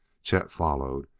chet followed,